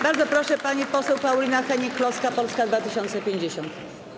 Bardzo proszę, pani poseł Paulina Hennig-Kloska, Polska 2050.